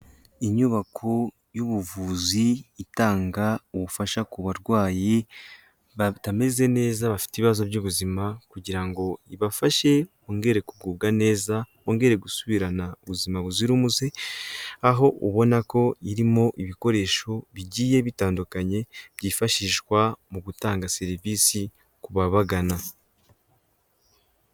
Iyubako y'ubuvuzi itanga ubufasha ku barwayi batameze neza bafite ibibazo by'ubuzima kugira ngo ibafashe bongere kugubwa neza, bongere gusubirana ubuzima buzira umuze, aho ubona ko irimo ibikoresho bigiye bitandukanye byifashishwa mu gutanga serivisi ku babagana.